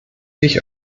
sich